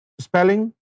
spelling